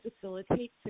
facilitate